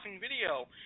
video